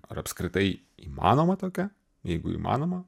ar apskritai įmanoma tokia jeigu įmanoma